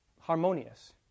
harmonious